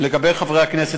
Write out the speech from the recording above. לגבי חברי הכנסת,